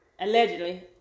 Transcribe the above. allegedly